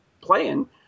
playing